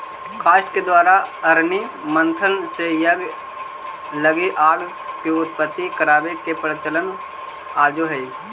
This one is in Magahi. काष्ठ के द्वारा अरणि मन्थन से यज्ञ लगी आग के उत्पत्ति करवावे के प्रचलन आजो हई